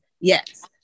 Yes